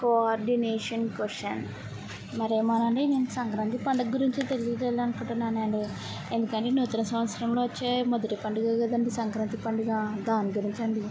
coordination question మరేమోనండి నేను సంక్రాంతి పండగ గురించి తెలియజేయాలనుకుంటున్నానండీ ఎందుకని నూతన సంవత్సరంలో వచ్చే మొదటి పండుగ కదండి సంక్రాంతి పండుగా దాని గురించండి